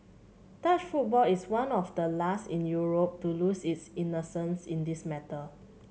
Dutch football is one of the last in Europe to lose its innocence in this matter